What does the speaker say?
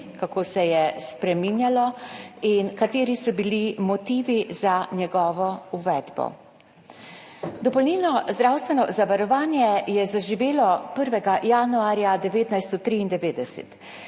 kako se je spreminjalo in kateri so bili motivi za njegovo uvedbo. Dopolnilno zdravstveno zavarovanje je zaživelo 1. januarja 1993.